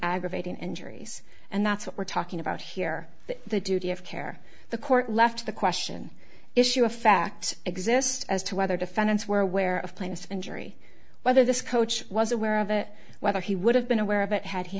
aggravating and juries and that's what we're talking about here the duty of care the court left the question issue a fact exist as to whether defendants were aware of plainest injury whether this coach was aware of it whether he would have been aware of it had he